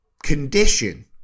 Condition